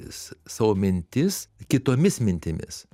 savo mintis kitomis mintimis